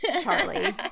charlie